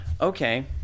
Okay